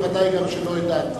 קרוב לוודאי גם שלא את דעתי.